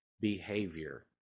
behavior